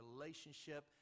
relationship